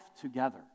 together